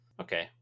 okay